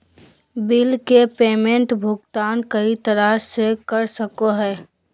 bill के payment भुगतान कई तरह से कर सको हइ